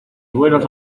buenos